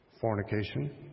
fornication